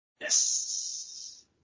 yes